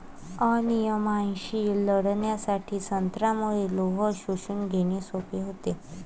अनिमियाशी लढण्यासाठी संत्र्यामुळे लोह शोषून घेणे सोपे होते